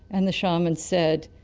and the shaman said,